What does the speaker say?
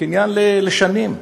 קניין לשנים,